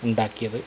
ഉണ്ടാക്കിയത്